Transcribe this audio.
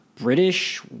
British